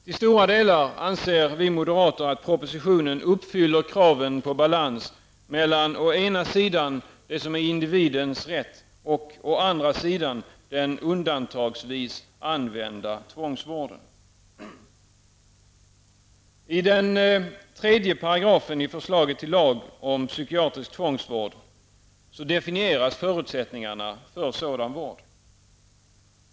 Vi moderater anser att propositionen till stora delar uppfyller kraven på balans mellan å ena sidan det som är individens rätt och å andra sidan den undantagsvis använda tvångsvården. I den tredje paragrafen i förslaget till lag om psykiatrisk tvångsvård definieras förutsättningarna för sådan vård.